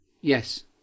yes